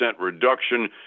reduction